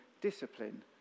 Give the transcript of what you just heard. discipline